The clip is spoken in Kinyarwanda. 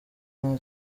nta